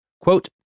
quote